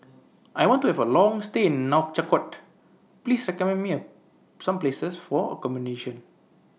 I want to Have A Long stay in Nouakchott Please recommend Me A Some Places For accommodation